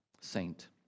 saint